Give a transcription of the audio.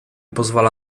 pozwala